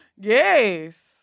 Yes